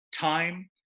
Time